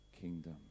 kingdom